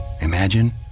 imagine